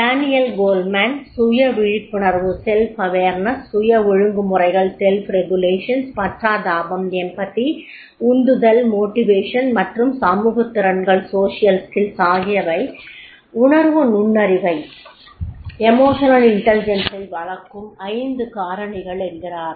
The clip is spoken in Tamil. டேனியல் கோல்மேன் சுய விழிப்புணர்வு சுய ஒழுங்குமுறைகள் பச்சாதாபம் உந்துதல் மற்றும் சமூக திறன்கள் ஆகியவை உணர்வு நுண்ணறிவை வளர்க்கும் 5 காரணிகள் என்கிறார்